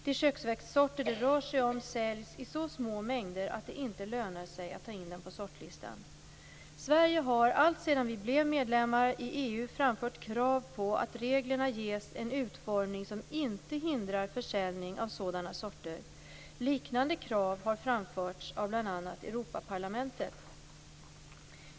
De köksväxtssorter det rör sig om säljs i så små mängder att det inte lönar sig att ta in dem på sortlistan. Sverige har alltsedan vi blev medlemmar i EU framfört krav på att reglerna ges en utformning som inte hindrar försäljning av sådana sorter. Liknande krav har framförts av bl.a. Europaparlamentet.